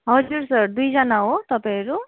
हजुर सर दुईजना हो तपाईँहरू